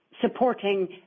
supporting